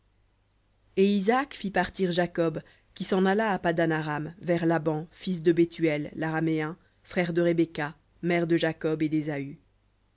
et isaac fit partir jacob qui s'en alla à paddan aram vers laban fils de bethuel l'araméen frère de rebecca mère de jacob et d'ésaü